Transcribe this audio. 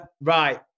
Right